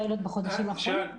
שירן,